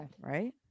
right